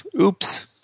Oops